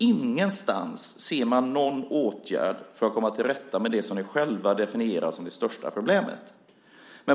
Ingenstans ser man någon åtgärd för att komma till rätta med det som ni själva definierar som det största problemet.